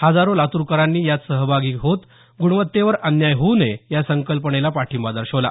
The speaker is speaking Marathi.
हजारो लातूरकरांनी यात सहभागी होत गुणवत्तेवर अन्याय होऊ नये या संकल्पनेला पाठिंबा दर्शवला